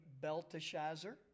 Belteshazzar